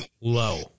low